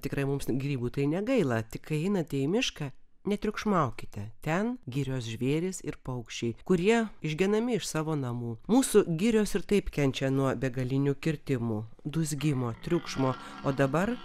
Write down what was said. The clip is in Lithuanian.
tikrai mums grybų tai negaila tik kai einate į mišką netriukšmaukite ten girios žvėrys ir paukščiai kurie išgenami iš savo namų mūsų girios ir taip kenčia nuo begalinių kirtimų dūzgimo triukšmo o dabar